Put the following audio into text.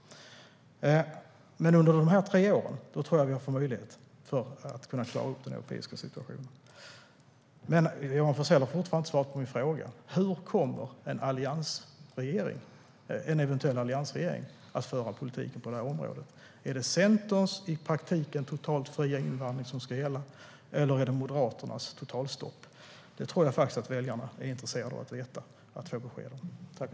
Under dessa tre år tror jag dock att vi får möjlighet att klara upp den europeiska situationen. Johan Forssell svarade aldrig på min fråga om vilken politik en eventuell alliansregering kommer att föra på det här området. Är det Centerns i praktiken totalt fria invandring som ska gälla, eller är det Moderaternas totalstopp? Jag tror faktiskt att väljarna är intresserade av att få besked om det.